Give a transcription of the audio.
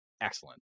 excellent